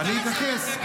אני אתייחס.